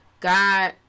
god